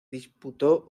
disputó